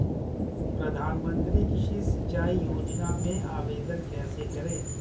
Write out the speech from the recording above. प्रधानमंत्री कृषि सिंचाई योजना में आवेदन कैसे करें?